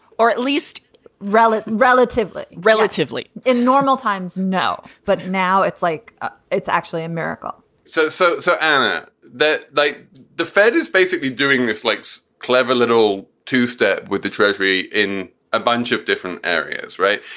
or at least rela relatively. relatively. in normal times now. but now it's like ah it's actually a miracle so, so so, anna, that like the fed is basically doing this lake's clever little two-step with the treasury in a bunch of different areas. right.